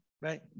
Right